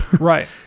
Right